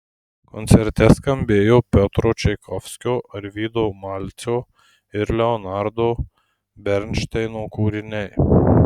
koncerte skambėjo piotro čaikovskio arvydo malcio ir leonardo bernšteino kūriniai